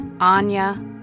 Anya